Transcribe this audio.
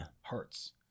Hurts